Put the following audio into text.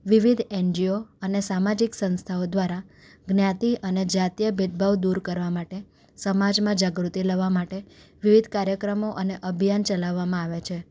વિવિધ એનજીઓ અને સામાજિક સંસ્થાઓ દ્વારા જ્ઞાતિ અને જાતીય ભેદભાવ દૂર કરવા માટે સમાજમાં જાગૃતિ લાવવા માટે વિવિધ કાર્યક્રમો અને અભિયાન ચલાવવમાં આવે છે